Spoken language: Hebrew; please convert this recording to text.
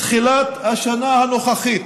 תחילת השנה הנוכחית,